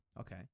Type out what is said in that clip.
Okay